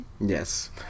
Yes